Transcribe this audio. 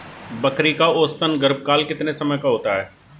बकरी का औसतन गर्भकाल कितने समय का होता है?